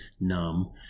numb